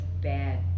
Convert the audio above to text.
bad